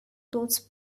those